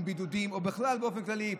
עם בידודים או בכלל באופן כללי,